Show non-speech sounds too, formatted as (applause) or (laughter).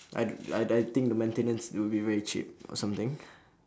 I don't I I'd think the maintenance will be very cheap or something (breath)